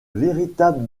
véritable